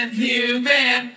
human